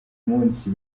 munsi